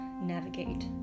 navigate